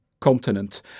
continent